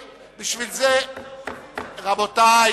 רבותי,